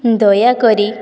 ଦୟାକରି